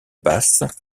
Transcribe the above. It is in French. basse